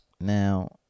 Now